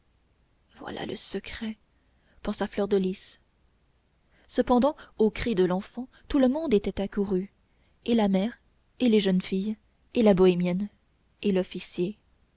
voilà le secret pensa fleur de lys cependant au cri de l'enfant tout le monde était accouru et la mère et les jeunes filles et la bohémienne et l'officier